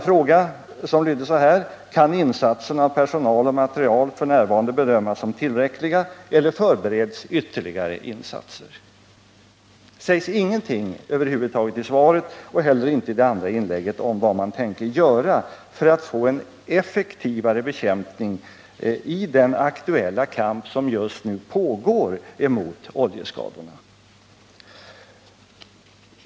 Frågan lydde så här: ”Kan insatserna av personal och materiel f. n. bedömas som tillräckliga eller förbereds ytterligare insatser?” Kommunministern sade ingenting över huvud taget i svaret och heller inte i sitt andra inlägg om vad man tänker göra för att få en effektivare bekämpning i den aktuella kamp som just nu pågår emot oljeskadorna.